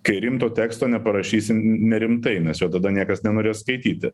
kai rimto teksto neparašysim nerimtai nes jo tada niekas nenorės skaityti